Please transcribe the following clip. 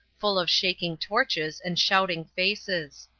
full of shaking torches and shouting faces.